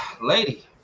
lady